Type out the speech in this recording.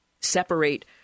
separate